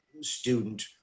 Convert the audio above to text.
student